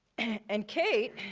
and kate